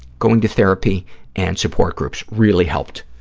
going to therapy and support groups really helped,